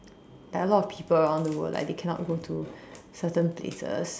like a lot of people around the world like they cannot go to certain places